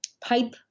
pipe